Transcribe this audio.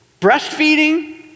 breastfeeding